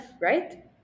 right